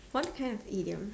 what kind of idiom